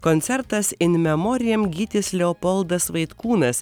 koncertas in memoriam gytis leopoldas vaitkūnas